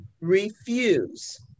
refuse